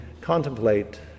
contemplate